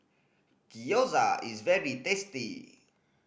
gyoza is very tasty